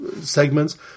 segments